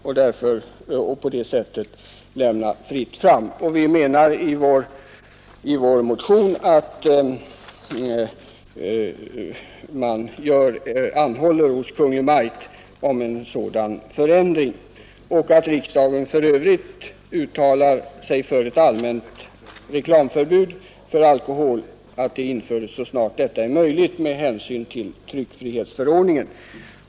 Vi föreslår i vår motion att man skall anhålla att Kungl. Maj:t vidtar en sådan förändring i rusdrycksförordningen och att riksdagen uttalar sig för att ett allmänt reklamförbud för alkohol införs så snart detta är möjligt med hänsyn till tryckfrihetsförordningen.